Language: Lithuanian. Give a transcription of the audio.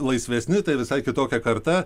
laisvesni tai visai kitokia karta